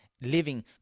living